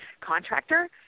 contractor